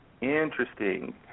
Interesting